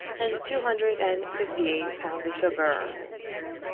and two hundred and fifty-eight pounds of sugar.